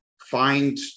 find